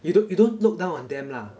you don't you don't look down on them lah